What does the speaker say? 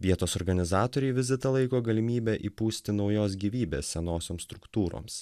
vietos organizatoriai vizitą laiko galimybe įpūsti naujos gyvybės senosioms struktūroms